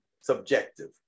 subjective